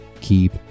keep